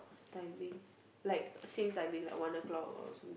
timing like same timing like one o-clock or some